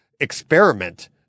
experiment